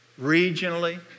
regionally